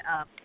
up